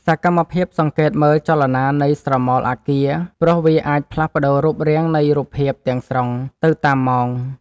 សកម្មភាពសង្កេតមើលចលនានៃស្រមោលអាគារ ព្រោះវាអាចផ្លាស់ប្តូររូបរាងនៃរូបភាពទាំងស្រុងទៅតាមម៉ោង។